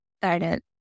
started